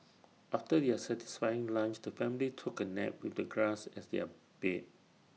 after their satisfying lunch the family took A nap with the grass as their bed